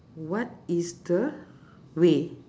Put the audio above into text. what is the way